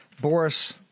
Boris